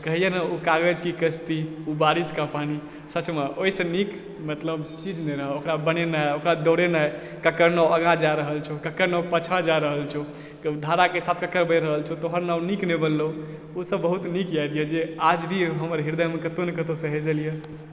कहिए नहि ओ कागजके कश्ती ओ बारिशकऽ पानी सचमऽ ओहिसँ नीक मतलब चीज नहि रहय ओकरा बनेनाइ ओकरा दौड़नाइ ककर नाव आगाँ जा रहल छहुँ ककर नाव पाछाँ जा रहल छहुँ कभी धाराकऽ साथ कएके बहि रहल छहुँ तोहर नाव नीक नहि बनलहुँ ओसभ बहुत्त नीक याद यऽ जे आज भी हमर हृदयमऽ कतहुँ न कतहुँ सहेजल यऽ